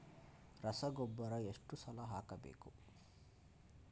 ರಸಗೊಬ್ಬರ ಎಷ್ಟು ಸಲ ಹಾಕಬೇಕು?